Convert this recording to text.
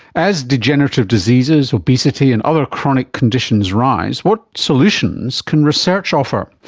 as degenerative diseases, obesity and other chronic conditions rise, what solutions can research offer?